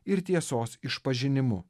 ir tiesos išpažinimu